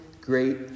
great